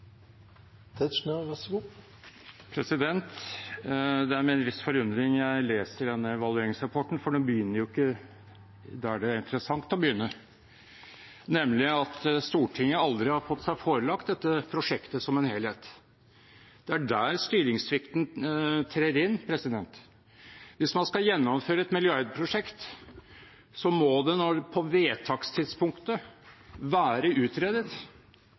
med en viss forundring jeg leser denne evalueringsrapporten, for den begynner jo ikke der det er interessant å begynne, nemlig med at Stortinget aldri har fått seg forelagt dette prosjektet som en helhet. Det er der styringssvikten trer inn. Hvis man skal gjennomføre et milliardprosjekt, må det på vedtakstidspunktet være utredet.